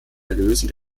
erlösen